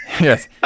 yes